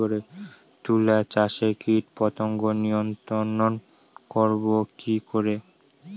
তুলা চাষে কীটপতঙ্গ নিয়ন্ত্রণর করব কি করে?